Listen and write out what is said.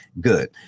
good